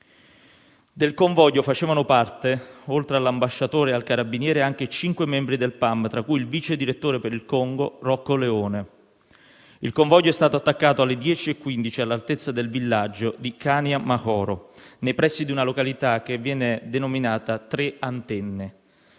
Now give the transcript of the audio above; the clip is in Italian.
Del convoglio facevano parte, oltre all'ambasciatore e al carabiniere, anche cinque membri del PAM, tra cui il vice direttore per il Congo, Rocco Leone. Il convoglio è stato attaccato alle ore 10,15 all'altezza del villaggio di Kanya Mahoro, nei pressi di una località che viene denominata «Tre Antenne».